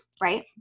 right